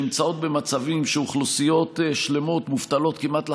שנמצאות במצבים שאוכלוסיות שלמות מובטלות כמעט לחלוטין,